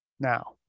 Now